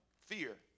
Fear